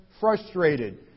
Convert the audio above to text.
Frustrated